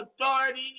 authority